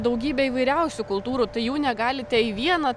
daugybę įvairiausių kultūrų tai jų negalite į vieną